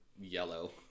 yellow